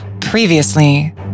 Previously